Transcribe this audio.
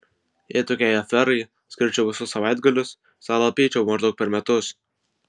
jei tokiai aferai skirčiau visus savaitgalius salą apeičiau maždaug per metus